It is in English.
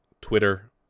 Twitter